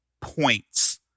points